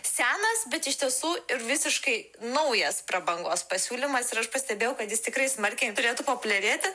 senas bet iš tiesų ir visiškai naujas prabangos pasiūlymas ir aš pastebėjau kad jis tikrai smarkiai turėtų populiarėti